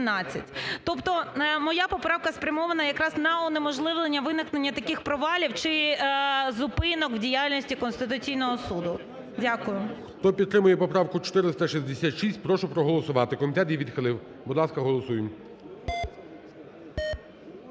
Тобто моя поправка спрямована якраз на унеможливлення виникнення таких провалів чи зупинок в діяльності Конституційного Суду. Дякую. ГОЛОВУЮЧИЙ. Хто підтримує поправку 466, прошу проголосувати. Комітет її відхилив. Будь ласка, голосуємо.